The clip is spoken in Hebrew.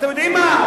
אתם יודעים מה,